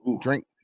drink